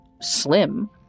slim